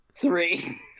three